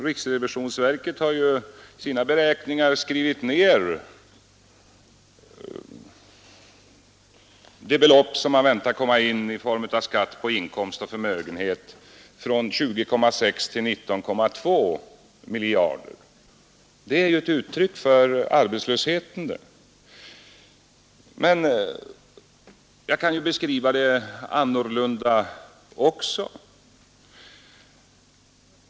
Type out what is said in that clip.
Riksrevisionsverket har i sina beräkningar skrivit ned det belopp som man väntar skall komma in i form av skatt på inkomst och förmögenhet från 20,6 till 19,2 miljarder. Det är ju ett uttryck för arbetslösheten. Men jag kan också beskriva det annorlunda.